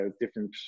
different